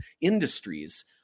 industries